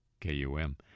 K-U-M